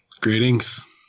greetings